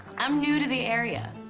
i'm new to the area.